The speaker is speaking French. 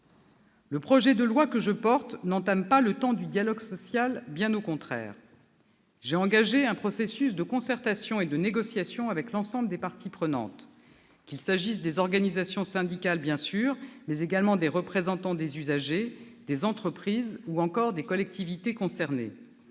Le projet de loi que je porte n'entame pas le temps du dialogue social, bien au contraire. J'ai engagé un processus de concertation et de négociation avec l'ensemble des parties prenantes, qu'il s'agisse des organisations syndicales, bien sûr, mais également des représentants des usagers, des entreprises ou encore des collectivités concernées.